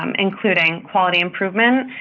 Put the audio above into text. um including quality improvement,